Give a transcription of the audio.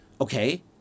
okay